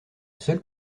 seule